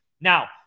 Now